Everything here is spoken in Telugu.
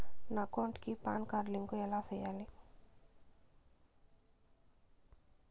నా అకౌంట్ కి పాన్ కార్డు లింకు ఎలా సేయాలి